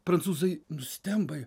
prancūzai nustemba